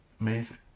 amazing